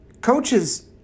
Coaches